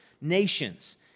nations